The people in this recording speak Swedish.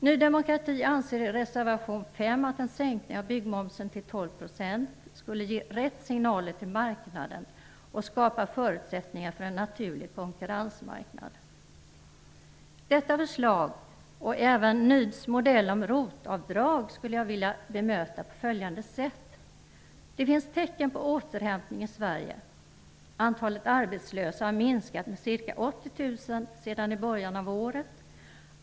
Ny demokrati anser i reservation 5 att en sänkning av byggmomsen till 12 % skulle ge rätt signaler till marknaden och skapa förutsättningar för en naturlig konkurrensmarknad. Detta förslag och även Ny demokratis modell för ROT-avdrag skulle jag vilja bemöta på följande sätt: Det finns tecken på återhämtning i Sverige. Antalet arbetslösa har minskat med ca 80 000 sedan början av året.